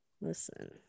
listen